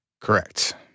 Correct